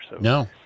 No